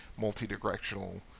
multi-directional